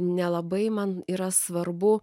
nelabai man yra svarbu